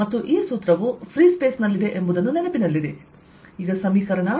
ಮತ್ತು ಈ ಸೂತ್ರವು ಫ್ರೀಸ್ಪೇಸ್ ನಲ್ಲಿದೆ ಎಂಬುದನ್ನು ನೆನಪಿನಲ್ಲಿಡಿ